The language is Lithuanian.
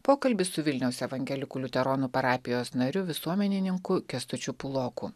pokalbis su vilniaus evangelikų liuteronų parapijos nariu visuomenininku kęstučiu puloku